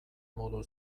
modu